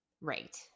right